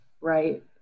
right